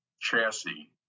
chassis